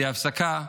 תהיה הפסקה,